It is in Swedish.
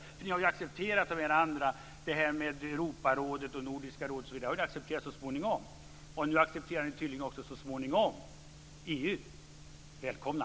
Ni har så småningom accepterat de andra organisationerna, Europarådet, Nordiska rådet osv., och nu tydligen också EU. Välkomna!